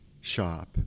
shop